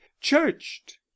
churched